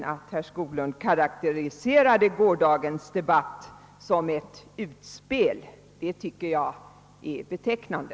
Han karakteriserade nämligen gårdagens debatt som ett utspel — och det tycker jag är betecknande.